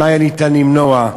מה היה ניתן למנוע.